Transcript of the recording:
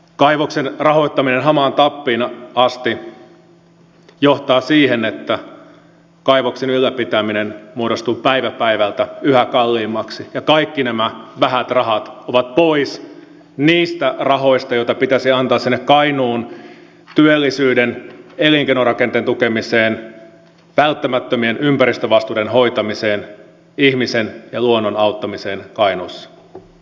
kaivoksen rahoittaminen hamaan tappiin asti johtaa siihen että kaivoksen ylläpitäminen muodostuu päivä päivältä yhä kalliimmaksi ja kakki nämä vähät rahat ovat pois niistä rahoista joita pitäisi antaa sinne kainuun työllisyyden elinkeinorakenteen tukemiseen välttämättömien ympäristövastuiden hoitamiseen ihmisen ja luonnon auttamiseen kainuussa